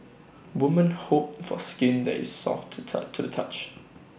women hope for skin that is soft to to the touch